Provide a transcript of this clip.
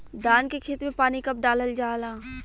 धान के खेत मे पानी कब डालल जा ला?